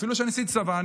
אפילו שאני עשיתי צבא,